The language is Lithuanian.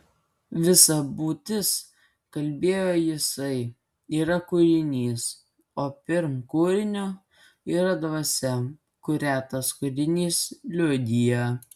visa būtis kalbėjo jisai yra kūrinys o pirm kūrinio yra dvasia kurią tas kūrinys liudija